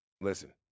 Listen